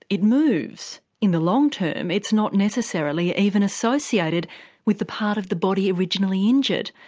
it moves. in the long term it's not necessarily even associated with the part of the body originally injured.